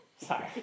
Sorry